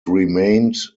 remained